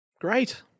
great